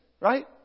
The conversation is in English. right